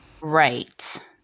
Right